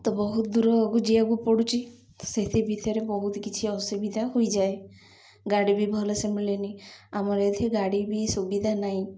ତ ବହୁତ ଦୂରକୁ ଯିବାକୁ ପଡ଼ୁଛି ତ ସେଥି ଭିତରେ ବହୁତ କିଛି ଅସୁବିଧା ହୋଇଯାଏ ଗାଡ଼ି ବି ଭଲସେ ମିଳେନି ଆମର ଏଠି ଗାଡ଼ି ବି ସୁବିଧା ନାହିଁ